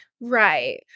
right